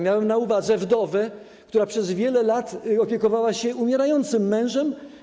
Miałem na uwadze wdowę, która przez wiele lat opiekowała się umierającym mężem.